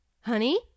Honey